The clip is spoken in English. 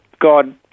God